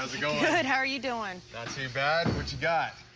ah how are you doing? not too bad. what you got?